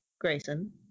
Grayson